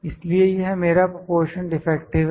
इसलिए यह मेरा प्रोपोर्शन डिफेक्टिव है